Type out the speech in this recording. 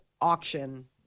auction